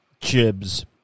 Chibs